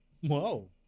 Whoa